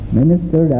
minister